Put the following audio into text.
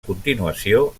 continuació